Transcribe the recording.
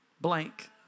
blank